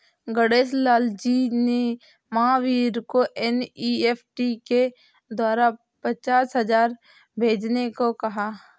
गणेश लाल जी ने महावीर को एन.ई.एफ़.टी के द्वारा पचास हजार भेजने को कहा